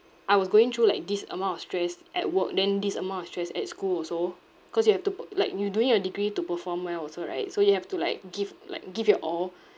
I was going through like this amount of stress at work then this amount of stress at school also cause you have to like you doing your degree to perform well also right so you have to like give like give your all